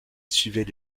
suivait